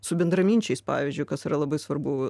su bendraminčiais pavyzdžiui kas yra labai svarbu